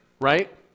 Right